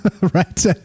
right